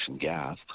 gas